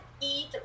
eat